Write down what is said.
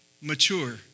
mature